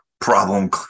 problem